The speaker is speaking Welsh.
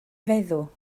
feddw